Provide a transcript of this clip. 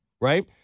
right